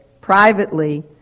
privately